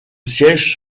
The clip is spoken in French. siège